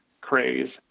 craze